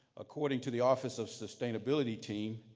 according to the office of sustainability team,